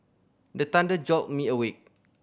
the thunder jolt me awake